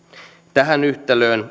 tähän yhtälöön